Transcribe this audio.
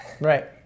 Right